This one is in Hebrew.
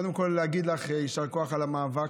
יישר כוח על המאבק.